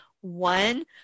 one